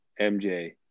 MJ